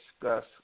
discuss